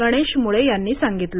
गणेश मुळे यांनी सांगितलं